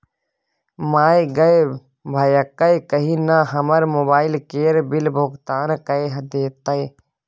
माय गे भैयाकेँ कही न हमर मोबाइल केर बिल भोगतान कए देतै